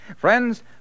Friends